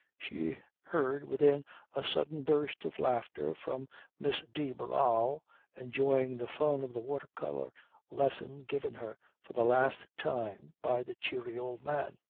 she heard within a sudden burst of laughter from miss de barral enjoying the fun of the water-colour lesson given her for the last time by the cheery old man.